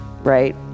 right